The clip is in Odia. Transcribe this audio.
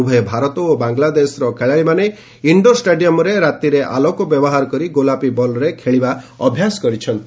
ଉଭୟ ଭାରତ ଓ ବାଂଲାଦେଶର ଖେଳାଳିମାନେ ଇଣ୍ଡୋର୍ ଷ୍ଟାଡିୟମ୍ରେ ରାତିରେ ଆଲୋକ ବ୍ୟବହାର କରି ଗୋଲାପୀ ବଲ୍ରେ ଖେଳିବା ଅଭ୍ୟାସ କରିଛନ୍ତି